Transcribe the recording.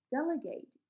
Delegate